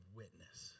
witness